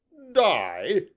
die!